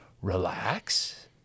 relax